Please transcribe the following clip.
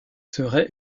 serait